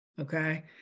Okay